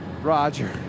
Roger